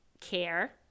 care